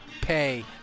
pay